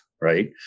right